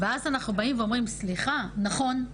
ואז אנחנו באים ואומרים: סליחה, נכון.